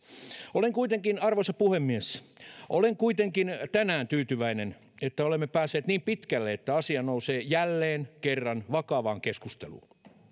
arvoisa puhemies olen kuitenkin tänään tyytyväinen että olemme päässeet niin pitkälle että asia nousee jälleen kerran vakavaan keskusteluun